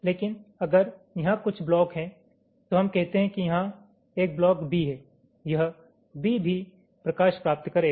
लेकिन अगर यहाँ कुछ ब्लॉक है तो हम कहते हैं कि यहाँ एक ब्लॉक B हैं यह B भी प्रकाश प्राप्त करेगा